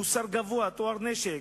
מוסר גבוה, טוהר נשק.